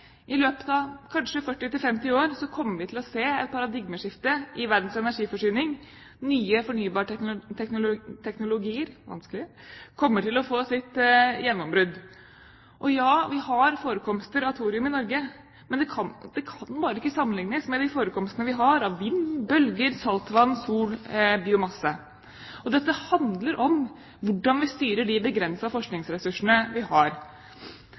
I løpet av kanskje 40–50 år kommer vi til å se et paradigmeskifte i verdens energiforsyning, nye fornybarteknologier kommer til å få sitt gjennombrudd. Og ja, vi har forekomster av thorium i Norge, men det kan bare ikke sammenliknes med de forekomstene vi har av vind, bølger, saltvann, sol og biomasse. Dette handler om hvordan vi styrer de begrensede forskningsressursene vi har.